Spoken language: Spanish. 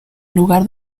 lugar